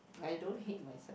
I don't hate myself